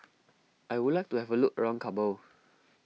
I would like to have a look around Kabul